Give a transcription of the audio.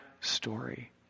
story